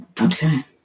Okay